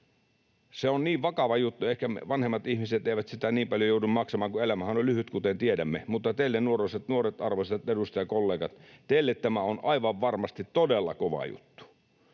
Se on niin vakava juttu. Ehkä vanhemmat ihmiset eivät sitä niin paljon joudu maksamaan, kun elämähän on lyhyt, kuten tiedämme, mutta teille, nuoret, arvoisat edustajakollegat, tämä on aivan varmasti todella kova juttu.